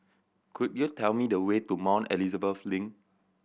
could you tell me the way to Mount Elizabeth Link